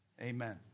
Amen